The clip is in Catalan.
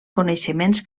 coneixements